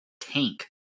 tank